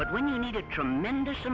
but when you need a tremendous